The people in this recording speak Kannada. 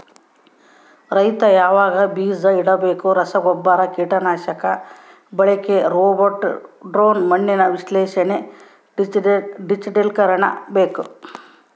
ರೈತ ಯಾವಾಗ ಬೀಜ ಇಡಬೇಕು ರಸಗುಬ್ಬರ ಕೀಟನಾಶಕ ಬಳಕೆ ರೋಬೋಟ್ ಡ್ರೋನ್ ಮಣ್ಣಿನ ವಿಶ್ಲೇಷಣೆ ಡಿಜಿಟಲೀಕರಣ ಬೇಕು